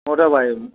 মোটা পাইপ